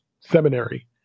seminary